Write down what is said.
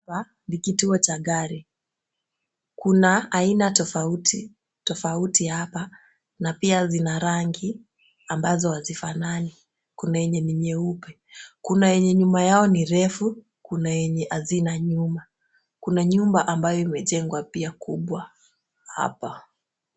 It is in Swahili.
Hapa ni kituo cha gari. Kuna aina tofauti tofauti apa na pia zina rangi ambazo hazifanani. Kuna yenye ni nyeupe, kuna yenye nyuma yao ni refu, kuna yenye hazina nyuma. Kuna nyumba ambayo imejengwa pia kubwa hapa.